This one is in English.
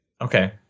Okay